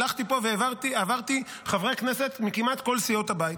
הלכתי פה ועברתי בין חברי כנסת כמעט מכל סיעות הבית: